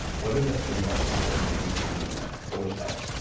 what are the three most important things i need to know, what would you tell them?